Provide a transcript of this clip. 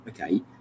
Okay